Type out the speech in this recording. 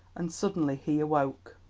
and suddenly he awoke.